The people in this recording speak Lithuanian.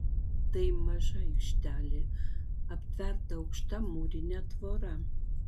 tai maža aikštelė aptverta aukšta mūrine tvora